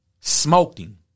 Smoking